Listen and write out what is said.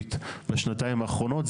הדרמטית בשנתיים האחרונות.